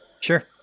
sure